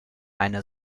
eine